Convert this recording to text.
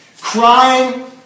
Crying